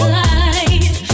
life